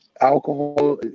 alcohol